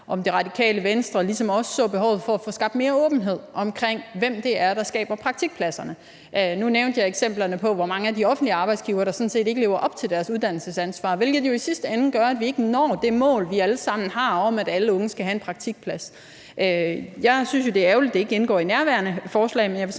om Det Radikale Venstre ligesom også så behovet for at få skabt mere åbenhed om, hvem det er, der skaber praktikpladserne. Nu nævnte jeg eksemplerne på, hvor mange af de offentlige arbejdsgivere der sådan set ikke lever op til deres uddannelsesansvar, hvilket jo i sidste ende gør, at vi ikke når det mål, vi alle sammen har, om, at alle unge skal have en praktikplads. Jeg synes jo, det er ærgerligt, at det ikke indgår i nærværende forslag,